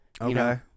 okay